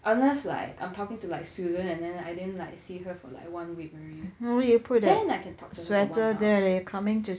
unless like I'm talking to like susan and then I didn't like see her for like one week or something then I can talk to her for one hour